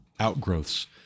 outgrowths